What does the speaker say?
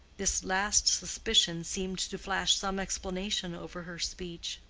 this last suspicion seemed to flash some explanation over her speech.